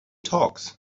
talks